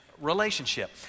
relationship